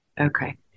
Okay